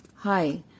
Hi